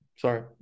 Sorry